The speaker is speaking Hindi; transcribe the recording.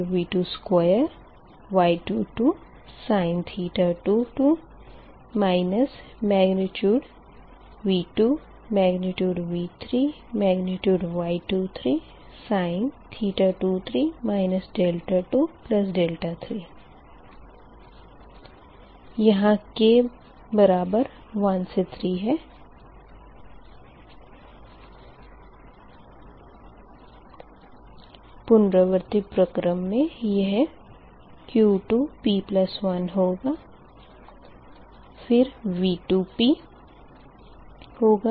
यह Q2 की अभिव्यक्ति होगी यानी कि माइनस परिमाण V2 परिमाण V1 परिमाण Y21 sin 21 21 फिर माइनस परिमाण V2 के वर्ग का परिमाण Y22 sin फिर माइनस परिमाण V2 परिमाण V3 परिमाण Y23 sin 22 23 पुनरावर्ती प्रक्रम मे यह Q2p1 होगा फिर V2p होगा